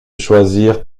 choisir